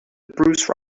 bruce